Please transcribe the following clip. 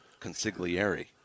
consigliere